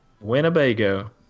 Winnebago